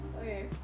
Okay